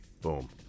boom